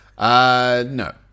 No